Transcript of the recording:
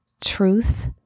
truth